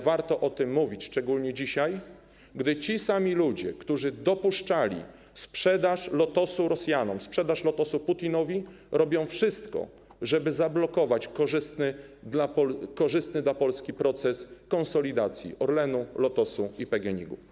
Warto o tym mówić szczególnie dzisiaj, gdy ci sami ludzie, którzy dopuszczali sprzedaż Lotosu Rosjanom, sprzedaż Lotosu Putinowi, robią wszystko, żeby zablokować korzystny dla Polski proces konsolidacji Orlenu, Lotosu i PGNiG.